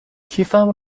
کیفم